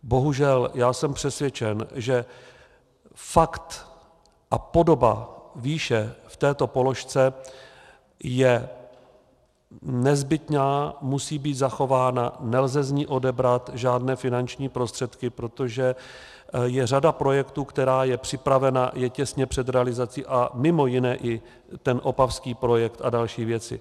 Bohužel já jsem přesvědčen, že fakt a podoba výše v této položce je nezbytná, musí být zachována, nelze z ní odebrat žádné finanční prostředky, protože je řada projektů, která je připravena, je těsně před realizací, mimo jiné i ten opavský projekt a další věci.